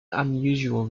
unusual